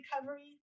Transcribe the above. recovery